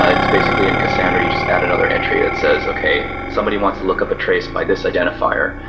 ah it's basically in cassandra. you just add another entry that says, okay, somebody wants to look up a trace by this identifier.